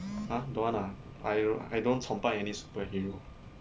!huh! don't want lah I I don't 崇拜 any superhero